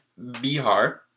Bihar